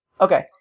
Okay